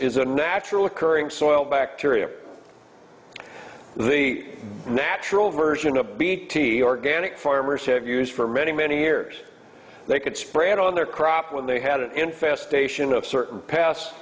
is a natural occurring soil bacteria are the natural version of bt organic farmers have used for many many years they could spread on their crop when they had an infestation of certain past